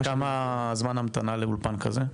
כמה זמן המתנה לאולפן כזה?